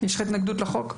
יש לך התנגדות לחוק?